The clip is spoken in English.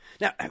Now